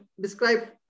describe